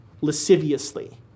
lasciviously